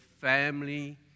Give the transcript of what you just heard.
family